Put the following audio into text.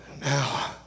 now